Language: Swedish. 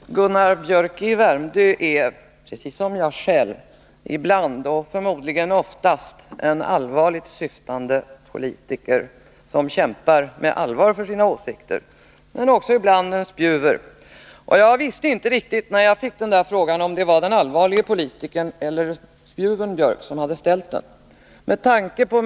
Herr talman! Gunnar Biörck i Värmdö är, precis som jag själv, ibland och förmodligen oftast en allvarligt syftande politiker som kämpar på allvar för sina åsikter. Men han är också ibland en spjuver. När jag fick frågan visste jag inte riktigt om det var den allvarlige politikern eller spjuvern Biörck som hade ställt den.